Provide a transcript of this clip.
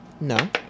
No